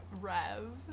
Rev